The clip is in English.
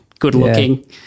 good-looking